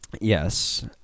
yes